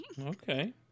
Okay